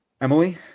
Emily